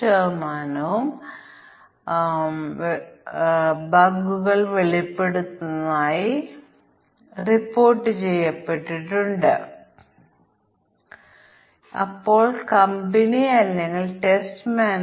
പ്രത്യേക മൂല്യം പരിശോധന രൂപകൽപ്പന ചെയ്യാൻ ഇത് ആവശ്യപ്പെടുന്നില്ലെന്നത് ശ്രദ്ധിക്കുക ഒരു ബ്ലാക്ക് ബോക്സ് ടെസ്റ്റ് സ്യൂട്ട് രൂപകൽപ്പന ചെയ്യാൻ ഞങ്ങൾ ആവശ്യപ്പെടുന്നു